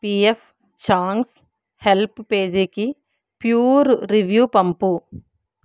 PF Chang's help పేజీకి pure review పంపు